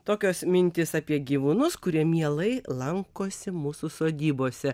tokios mintys apie gyvūnus kurie mielai lankosi mūsų sodybose